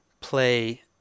play